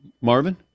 Marvin